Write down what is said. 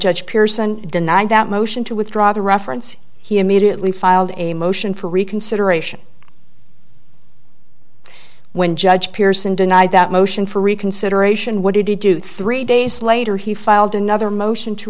judge pearson denied that motion to withdraw the reference he immediately filed a motion for reconsideration when judge pearson denied that motion for reconsideration what did he do three days later he filed another motion to